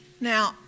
Now